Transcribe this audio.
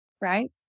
right